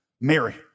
Mary